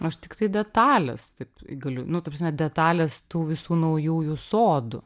aš tiktai detales taip galiu nu ta prasme detales tų visų naujųjų sodų